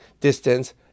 distance